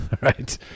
right